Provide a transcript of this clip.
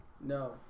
No